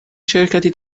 شرکتی